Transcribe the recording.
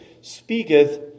speaketh